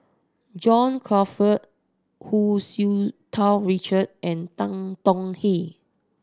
John Crawfurd Hu Tsu Tau Richard and Tan Tong Hye